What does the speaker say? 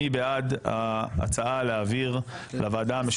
מי בעד ההצעה להעביר לוועדה המשותפת?